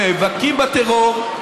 נאבקים בטרור,